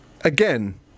again